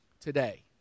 today